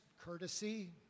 courtesy